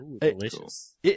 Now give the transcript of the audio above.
delicious